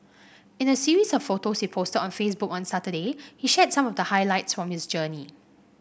in a series of photos he posted on Facebook on Saturday he shared some of the highlights from his journey